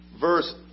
verse